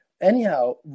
Anyhow